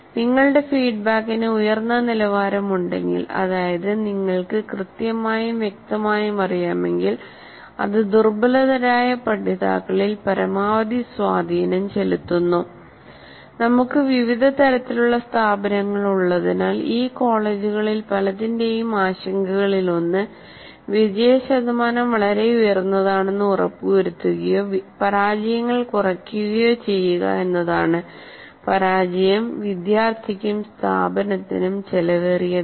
നിങ്ങളുടെ ഫീഡ്ബാക്കിന് ഉയർന്ന നിലവാരമുണ്ടെങ്കിൽ അതായത് നിങ്ങൾക്ക് കൃത്യമായും വ്യക്തമായും അറിയാമെങ്കിൽ അത് ദുർബലരായ പഠിതാക്കളിൽ പരമാവധി സ്വാധീനം ചെലുത്തുന്നു നമുക്ക് വിവിധ തരത്തിലുള്ള സ്ഥാപനങ്ങൾ ഉള്ളതിനാൽ ഈ കോളേജുകളിൽ പലതിന്റെയും ആശങ്കകളിൽ ഒന്ന് വിജയശതമാനം വളരെ ഉയർന്നതാണെന്ന് ഉറപ്പുവരുത്തുകയോ പരാജയങ്ങൾ കുറയ്ക്കുകയോ ചെയ്യുക എന്നതാണ് പരാജയം വിദ്യാർത്ഥിക്കും സ്ഥാപനത്തിനും ചെലവേറിയതാണ്